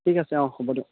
ঠিক আছে অঁ হ'ব দিয়ক